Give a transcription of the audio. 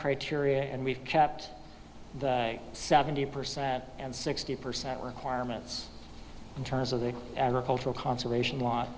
criteria and we've kept the seventy percent and sixty percent requirements in terms of the agricultural conservation l